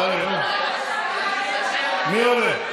מי עולה?